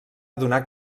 adonar